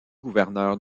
gouverneur